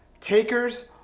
takers